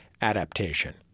Adaptation